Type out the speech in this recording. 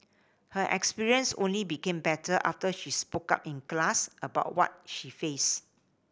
her experience only became better after she spoke up in class about what she faced